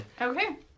okay